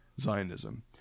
Zionism